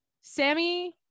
Sammy